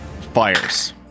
fires